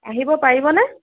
আহিব পাৰিবনে